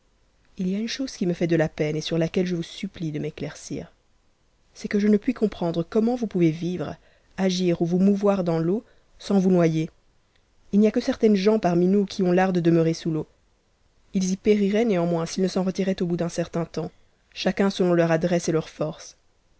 ii y a une chose qui me fuit de a peine et sur laquelle je vous supplie de m'éc aircir c'est que je ne puis comprendre commentvous pouvez vivre agir ou vous mouvoir dans l'eau sans vous noyer il n'y a que certaines gens parmi nous qui ont fart de demeurer sous l'eau ils y périraient néanmoins s'ils ne s'en retiraient au lout d'un certain temps chacun selon leur adresse et leurs forces